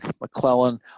McClellan